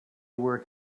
were